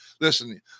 listen